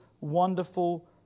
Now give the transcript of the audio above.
wonderful